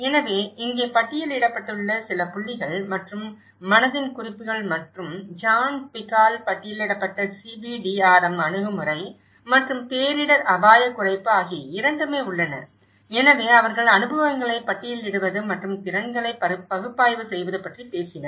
எனவே இங்கே பட்டியலிடப்பட்டுள்ள சில புள்ளிகள் மற்றும் மனதின் குறிப்புகள் மற்றும் ஜான் ட்விக்கால் பட்டியலிடப்பட்ட CBDRM அணுகுமுறை மற்றும் பேரிடர் அபாயக் குறைப்பு ஆகிய இரண்டுமே உள்ளன எனவே அவர்கள் அனுபவங்களை பட்டியலிடுவது மற்றும் திறன்களை பகுப்பாய்வு செய்வது பற்றி பேசினர்